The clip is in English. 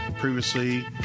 Previously